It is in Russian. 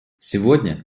сегодня